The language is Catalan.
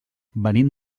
venim